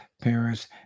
parents